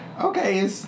okay